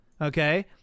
Okay